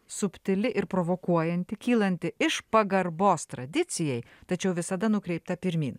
subtili ir provokuojanti kylanti iš pagarbos tradicijai tačiau visada nukreipta pirmyn